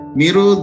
miru